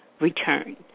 return